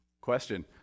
Question